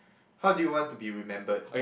how do you want to be remembered